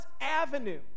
avenue